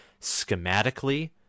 schematically